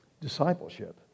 Discipleship